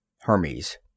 Hermes